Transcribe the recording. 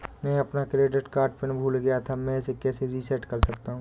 मैं अपना credit card PIN भूल गया था मैं इसे कैसे रीसेट कर सकता हूँ?